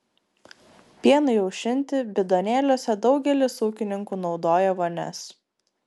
pienui aušinti bidonėliuose daugelis ūkininkų naudoja vonias